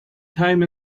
time